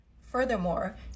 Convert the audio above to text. Furthermore